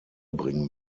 bringen